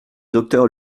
docteur